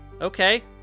okay